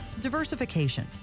Diversification